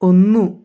ഒന്നു